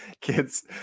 Kids